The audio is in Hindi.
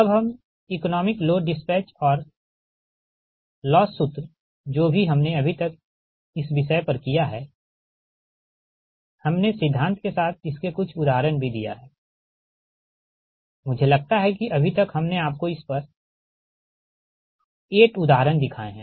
अब इकॉनोमिक लोड डिस्पैच और लॉस सूत्र जो भी हमने अभी तक इस विषय पर किया है हमने सिद्धांत के साथ इसके कुछ उदाहरण भी दिया है मुझे लगता है कि अभी तक हमने आपको इस पर 8 उदाहरण दिखाए है